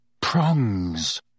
Prongs